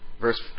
Verse